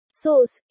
Source